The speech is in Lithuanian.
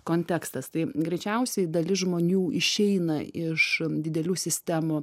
kontekstas tai greičiausiai dalis žmonių išeina iš didelių sistemų